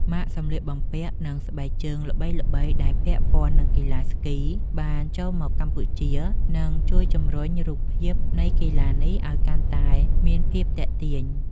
ម៉ាកសម្លៀកបំពាក់ និងស្បែកជើងល្បីៗដែលពាក់ព័ន្ធនឹងកីឡាស្គី បានចូលមកកម្ពុជា និងជួយជម្រុញរូបភាពនៃកីឡានេះឱ្យកាន់តែមានភាពទាក់ទាញ។